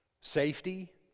safety